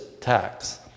tax